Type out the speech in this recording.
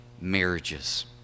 marriages